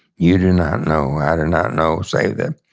you do not know. i do not know, save that,